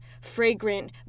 fragrant